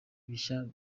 bishya